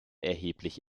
erheblich